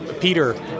Peter